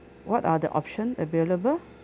what are the option available